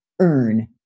earn